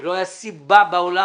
לא היתה סיבה בעולם.